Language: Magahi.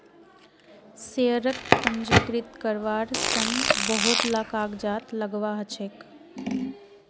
शेयरक पंजीकृत कारवार तन बहुत ला कागजात लगव्वा ह छेक